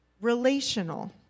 relational